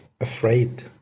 afraid